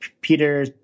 Peter